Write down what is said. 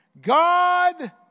God